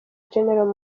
generari